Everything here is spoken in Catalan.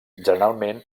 generalment